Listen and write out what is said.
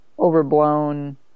overblown